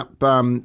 up